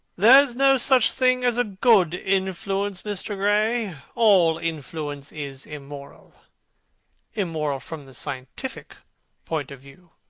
there is no such thing as a good influence, mr. gray. all influence is immoral immoral from the scientific point of view.